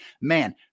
man